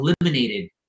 eliminated